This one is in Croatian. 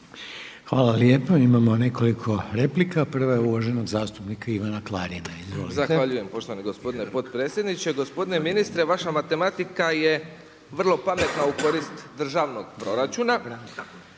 Hvala lijepo. Imamo nekoliko replika. Prva je uvaženog zastupnika Ivana Klarina. Izvolite. **Klarin, Ivan (SDP)** Zahvaljujem poštovani gospodine potpredsjedniče. Gospodine ministre. Vaša matematika je vrlo pametna u korist državnog proračuna.